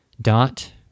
dot